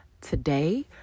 today